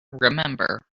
remember